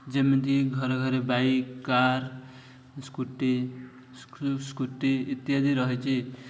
ଯେମିତି ଘରେ ଘରେ ବାଇକ୍ କାର୍ ସ୍କୁଟି ସ୍କୁଟି ଇତ୍ୟାଦି ରହିଛି